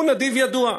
הוא נדיב ידוע.